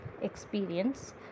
experience